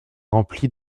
remplie